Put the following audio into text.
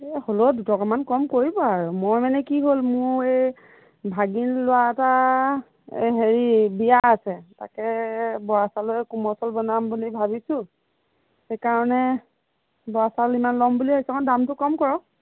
এই হ'লেও দুটকামান কম কৰিব আৰু মই মানে কি হ'ল মোৰ এই ভাগিন ল'ৰা এটা এই হেৰি বিয়া আছে তাকে বৰা চাউলেৰে কোমল চাউল বনাম বুলি ভাবিছোঁ সেইকাৰণে বৰা চাউল ইমান ল'ম বুলি ভাবিছোঁ অকণ দামটো কম কৰক